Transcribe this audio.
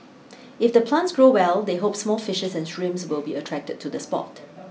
if the plants grow well they hope small fishes and shrimps will be attracted to the spot